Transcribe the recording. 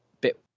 bit